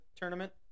tournament